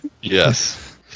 Yes